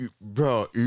bro